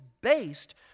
based